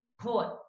Port